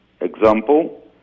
Example